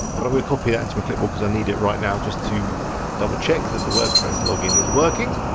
and but i'm gonna copy that and to my clipboard because i need it right now just to double check that the wordpress login is working.